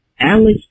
Alex